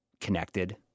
connected